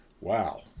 Wow